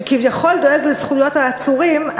שכביכול דואג לזכויות העצורים,